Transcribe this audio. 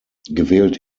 gewählt